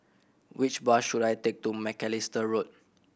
which bus should I take to Macalister Road